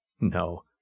No